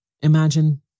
Imagine